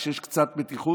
כשיש קצת מתיחות,